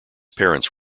parents